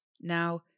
Now